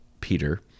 Peter